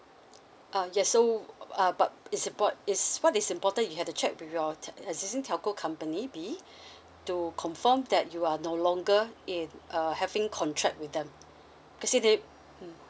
ah yes so uh but is import~ is what is important you have to check with your existing telco company B to confirm that you are no longer in uh having contract with them because if it's